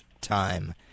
time